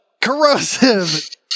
Corrosive